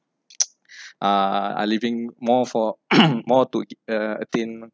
are are living more for more to it uh attain lor